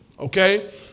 Okay